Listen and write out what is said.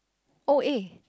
oh eh